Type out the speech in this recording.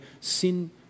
sin